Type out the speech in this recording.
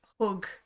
hug